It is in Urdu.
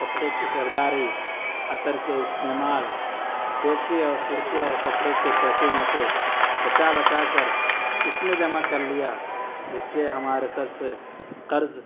کپڑے کی خریداری عطر کے استعمال ٹوپی اور کرتے اور کپڑے کے پیسوں میں سے بچا بچا کر اتنا جمع کر لیا جس سے ہمارے سر سے قرض